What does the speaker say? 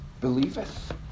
believeth